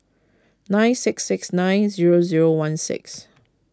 nine six six nine zero zero one six